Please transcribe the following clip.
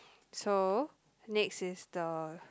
so next is the